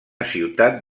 ciutat